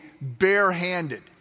barehanded